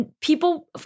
People